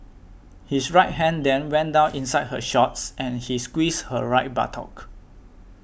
his right hand then went down inside her shorts and he squeezed her right buttock